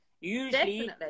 Usually